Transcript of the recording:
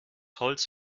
holz